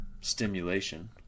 stimulation